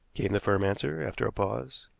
came the firm answer, after a pause.